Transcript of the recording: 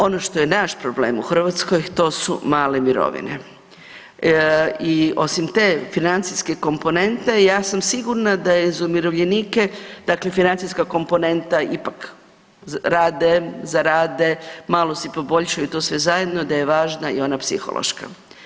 Ono što je naš problem u Hrvatskoj, to su male mirovine i osim te financijske komponente, ja sam sigurna da je za umirovljenike, dakle financijska komponenta ipak, rade, zarade, malo si poboljšaju to sve zajedno, da je važna i ona psihološka.